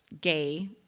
gay